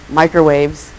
microwaves